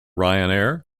ryanair